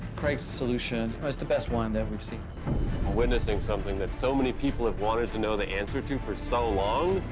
craig's solution is the best one that we've seen. we're witnessing something that so many people have wanted to know the answer to for so long.